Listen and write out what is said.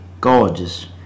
gorgeous